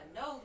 no